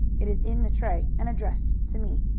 it is in the tray, and addressed to me.